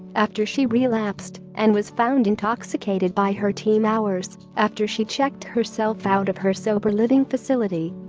after she relapsed and was found intoxicated by her team hours after she checked herself out of her sober living facility